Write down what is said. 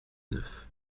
neuf